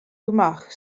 gmach